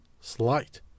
slight